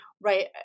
right